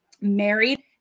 married